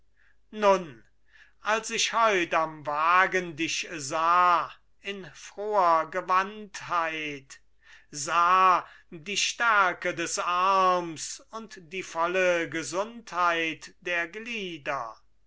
nun als ich heut am wagen dich sah in froher gewandtheit sah die stärke des arms und die volle gesundheit der glieder